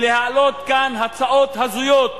ולהעלות כאן הצעות הזויות.